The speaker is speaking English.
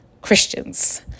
Christians